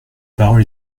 parole